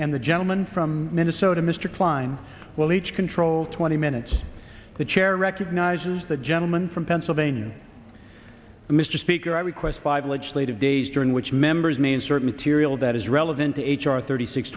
and the gentleman from minnesota mr kline well each control twenty minutes the chair recognizes the gentleman from pennsylvania mr speaker i request five legislative days during which members mean certain tiriel that is relevant to h r thirty six